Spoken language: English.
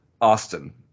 Austin